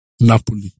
Napoli